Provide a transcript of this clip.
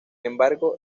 embargo